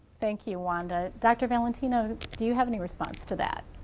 thank you wanda. dr. valentino, do you have any response to that?